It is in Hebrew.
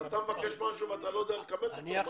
אז אתה מבקש משהו ואתה לא יודע לכמת אותו?